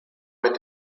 mit